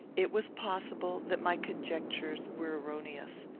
it was possible that my conjectures were erroneous.